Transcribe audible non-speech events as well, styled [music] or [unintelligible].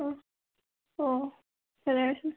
ꯑꯣ [unintelligible]